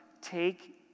Take